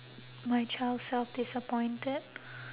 my child self disappointed